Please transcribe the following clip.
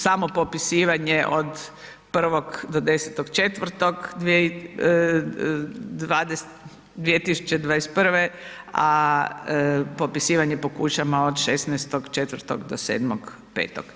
Samopopisivanje od 1. do 10.4.2021., a popisivanje po kućama od 16.4. do 7.5.